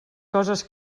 coses